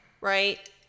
right